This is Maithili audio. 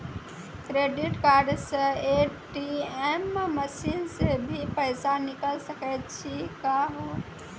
क्रेडिट कार्ड से ए.टी.एम मसीन से भी पैसा निकल सकै छि का हो?